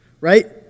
Right